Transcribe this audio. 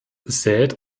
sät